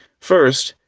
first,